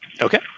Okay